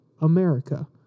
America